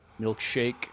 milkshake